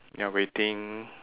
ya waiting